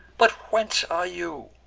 but whence are you?